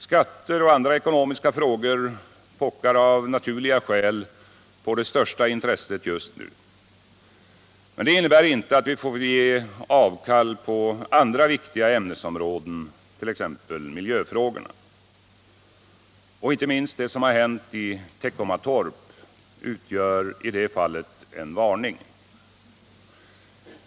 Skatter och andra ekonomiska frågor pockar av naturliga skäl på det största intresset just nu. Men det innebär inte att vi får ge avkall på åtgärderna på andra viktiga ämnesområden, t.ex. miljöfrågorna. Inte minst det som har hänt i Teckomatorp utgör i det fallet en varning.